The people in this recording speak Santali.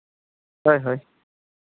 ᱦᱳᱭ ᱦᱳᱭ